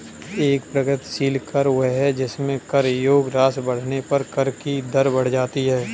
एक प्रगतिशील कर वह है जिसमें कर योग्य राशि बढ़ने पर कर की दर बढ़ जाती है